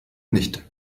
nicht